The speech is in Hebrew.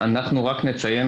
אנחנו רק נציין,